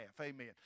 Amen